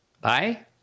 Bye